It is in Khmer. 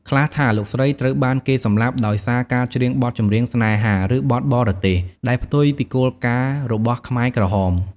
ខ្លះថា លោកស្រីត្រូវបានគេសម្លាប់ដោយសារការច្រៀងបទចម្រៀងស្នេហា ឬបទបរទេស ដែលផ្ទុយពីគោលការណ៍របបខ្មែរក្រហម។